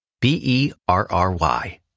B-E-R-R-Y